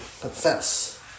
confess